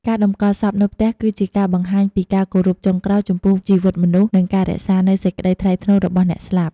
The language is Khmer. ការតម្កល់សពនៅផ្ទះ គឺជាការបង្ហាញពី ការគោរពចុងក្រោយ ចំពោះជីវិតមនុស្ស និងការរក្សានូវសេចក្តីថ្លៃថ្នូររបស់អ្នកស្លាប់។